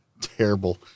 Terrible